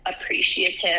appreciative